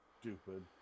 Stupid